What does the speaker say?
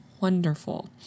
wonderful